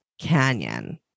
Canyon